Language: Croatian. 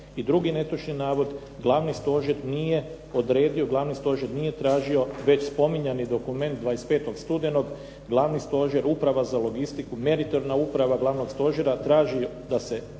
I drugi netočni navod, Glavni stožer nije odredio Glavni stožer nije tražio već spominjani dokument 25. studenog, Glavni stožer Uprava za logistiku, meritorna uprava Glavnog stožera traži da se i